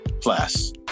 plus